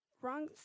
wrong